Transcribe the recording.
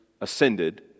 ascended